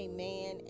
Amen